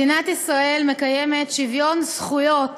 מדינת ישראל מקיימת שוויון זכויות